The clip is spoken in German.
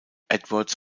edwards